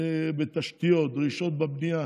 בתשתיות דרישות בבנייה,